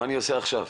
מה אני עושה עכשיו?